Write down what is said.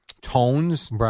tones